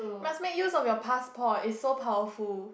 must make use of your passport it's so powerful